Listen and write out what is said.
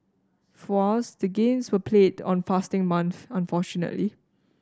for us the games were played on fasting month unfortunately